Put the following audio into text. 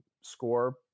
score